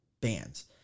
bands